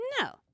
No